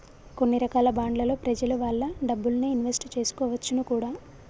కొన్ని రకాల బాండ్లలో ప్రెజలు వాళ్ళ డబ్బుల్ని ఇన్వెస్ట్ చేసుకోవచ్చును కూడా